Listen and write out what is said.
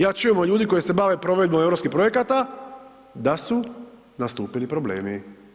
Ja čujem od ljudi koji se bave provedbom Europskih projekata da su nastupili problemi.